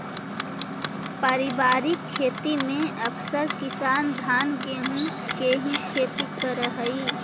पारिवारिक खेती में अकसर किसान धान गेहूँ के ही खेती करऽ हइ